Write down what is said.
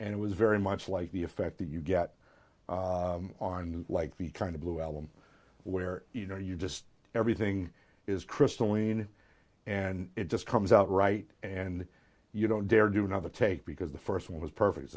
and it was very much like the effect that you get on like the kind of blue album where you know you just everything is crystal lean and it just comes out right and you don't dare do another take because the first one was perfect